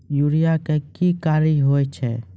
Urea का क्या कार्य हैं?